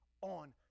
on